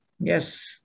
Yes